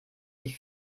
dich